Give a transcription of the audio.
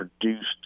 Produced